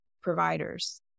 providers